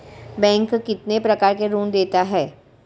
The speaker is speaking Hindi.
बैंक कितने प्रकार के ऋण देता है?